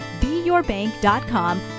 beyourbank.com